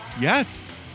Yes